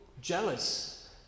jealous